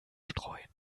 streuen